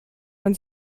man